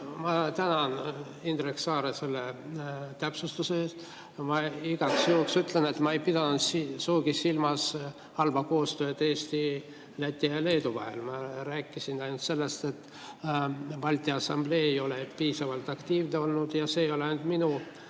Ma tänan Indrek Saart selle täpsustuse eest. Aga ma igaks juhuks ütlen, et ma ei pidanud sugugi silmas halba koostööd Eesti, Läti ja Leedu vahel. Ma rääkisin ainult sellest, et Balti Assamblee ei ole piisavalt aktiivne olnud, ja see ei ole ainult minu